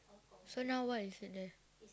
so now what is it there